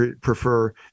prefer